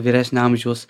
vyresnio amžiaus